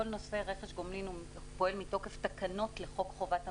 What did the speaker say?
כל נושא רכש גומלין פועל מתוקף תקנות לחוק חובת המכרזים.